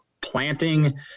planting